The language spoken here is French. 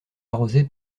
arrosé